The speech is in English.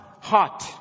heart